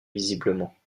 visiblement